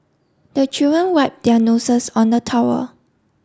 the children wipe their noses on the towel